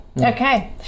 Okay